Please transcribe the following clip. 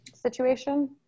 situation